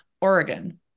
Oregon